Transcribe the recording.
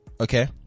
Okay